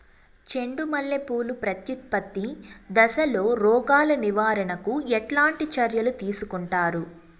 చెండు మల్లె పూలు ప్రత్యుత్పత్తి దశలో రోగాలు నివారణకు ఎట్లాంటి చర్యలు తీసుకుంటారు?